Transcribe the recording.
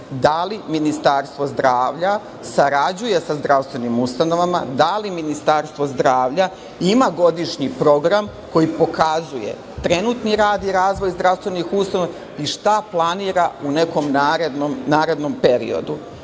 da li Ministarstvo zdravlja sarađuje sa zdravstvenim ustanovama, da li Ministarstvo zdravlja ima godišnji program koji pokazuje trenutni rad i razvoj zdravstvenih ustanova i šta planira u nekom narednom periodu?